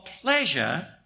pleasure